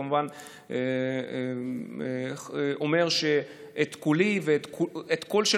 וכמובן אומר שאת קולי ואת הקול של